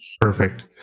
Perfect